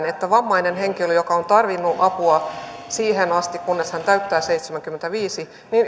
että vammainen henkilö joka on tarvinnut apua siihen asti kunnes hän täyttää seitsemänkymmentäviisi